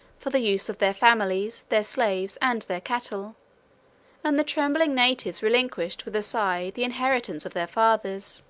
for the use of their families, their slaves, and their cattle and the trembling natives relinquished with a sigh the inheritance of their fathers.